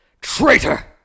traitor